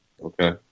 Okay